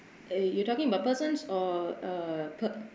eh you talking about persons or uh perk